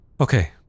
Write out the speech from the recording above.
Okay